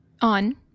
On